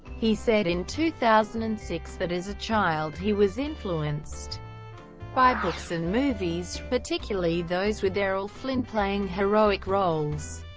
he said in two thousand and six that as a child he was influenced by books and movies, particularly those with errol flynn playing heroic roles.